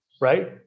right